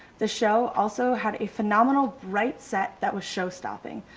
the show also had a phenomenal bright set that was show stopping.